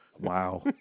Wow